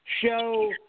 show